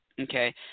Okay